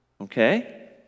Okay